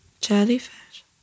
Jellyfish